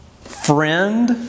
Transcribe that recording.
Friend